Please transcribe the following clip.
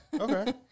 Okay